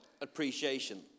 appreciation